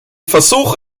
versuch